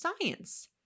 science